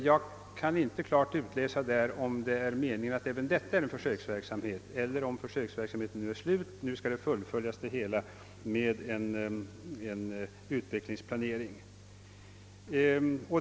Jag kan inte klart utläsa, om det är meningen att även detta är en försöksverksamhet eller om försöksverksamheten är slut och nu skall följas upp med en utvecklingsplanering.